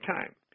time